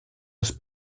els